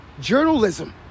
journalism